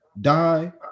die